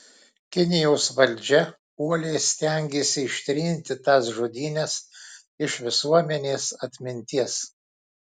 kinijos valdžia uoliai stengėsi ištrinti tas žudynes iš visuomenės atminties